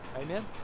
amen